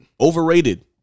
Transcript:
Overrated